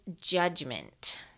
judgment